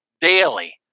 daily